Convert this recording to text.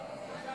הצעת